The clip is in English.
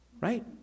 right